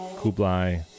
kublai